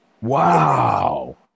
wow